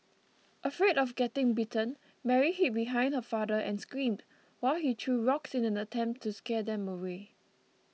afraid of getting bitten Mary hid behind her father and screamed while he threw rocks in an attempt to scare them away